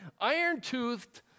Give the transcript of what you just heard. iron-toothed